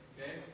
Okay